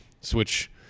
switch